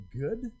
good